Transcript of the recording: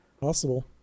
Possible